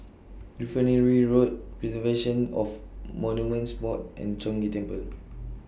Refinery Road Preservation of Monuments Board and Chong Ghee Temple